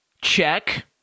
check